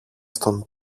στον